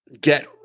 get